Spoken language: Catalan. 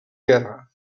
guerra